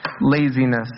laziness